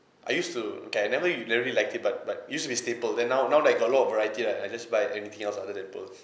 I used to okay I never re~ really like it but but used to be staple then now now that I got a lot of variety right I just buy anything else other than pearls